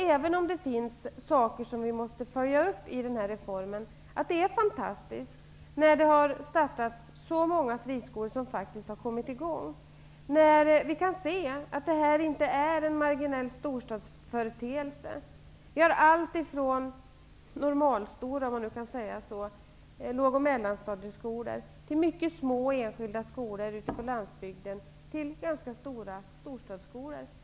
Även om det finns saker som vi måste följa upp i den här reformen, tycker jag att det är fantastiskt när det har startats så många friskolor som faktiskt har kommit i gång, när vi kan se att detta inte är en marginell storstadsföreteelse. Det finns nu allt från normalstora, om man kan säga så, låg och mellanstadieskolor och mycket små enskilda skolor ute på landsbygden till ganska stora storstadsskolor.